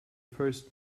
first